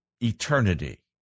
eternity